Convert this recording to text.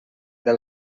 del